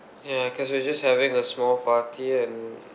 yeah cause we're just having a small party and